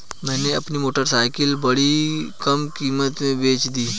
मैंने अपनी मोटरसाइकिल बड़ी कम कीमत में बेंच दी